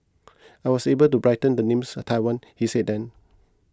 I was able to brighten the names Taiwan he said then